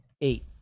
Eight